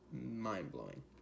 mind-blowing